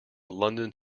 london